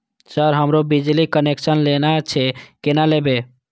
Sir हमरो बिजली connection लेना छे केना लेबे?